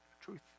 truth